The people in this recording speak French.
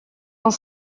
dans